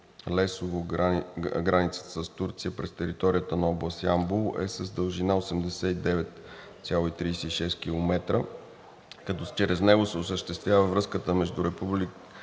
Лесово – границата с Турция през територията на област Ямбол е с дължина 89,361 км, като чрез него се осъществява връзката между